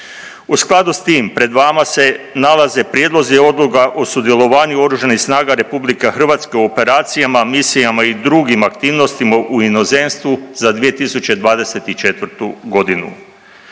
U skladu sa tim pred vama se nalaze prijedlozi odluka o sudjelovanju Oružanih snaga Republike Hrvatske u operacijama, misijama i drugim aktivnostima u inozemstvu za 2024. godinu.